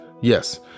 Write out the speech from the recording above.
yes